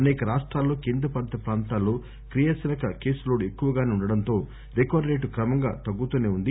అసేక రాష్టాల్లో కేంద్ర పాలిత ప్రాంతాల్లో యాక్టివ్ కేసు లోడ్ ఎక్కువగాసే ఉండడంతో రికవరీ రేటు క్రమంగా తగ్గుతూనే ఉంది